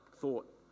thought